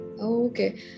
Okay